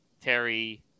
Terry